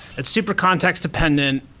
it's super context dependent.